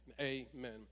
Amen